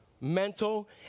mental